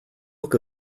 look